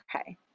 okay